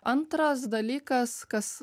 antras dalykas kas